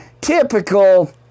Typical